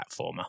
platformer